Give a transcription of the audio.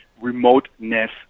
remoteness